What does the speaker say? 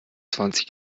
zwanzig